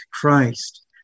Christ